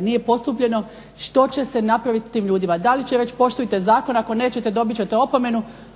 nije postupljeno što će se napraviti tim ljudima? Da li će reći poštujte zakon, ako nećete dobit ćete opomenu,